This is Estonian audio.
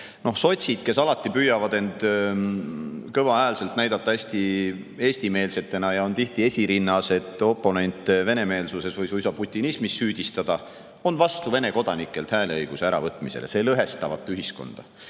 Sotsid, kes püüavad alati kõvahäälselt näidata end hästi eestimeelsetena ja on tihti esirinnas, et oponente venemeelsuses või suisa putinismis süüdistada, on vastu Vene kodanikelt hääleõiguse äravõtmisele. See lõhestavat ühiskonda.